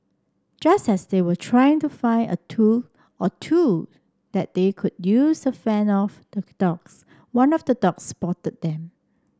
just as they were trying to find a tool or two that they could use to fend off the dogs one of the dogs spotted them